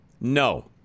No